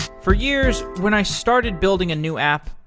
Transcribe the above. for years, when i started building a new app,